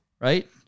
right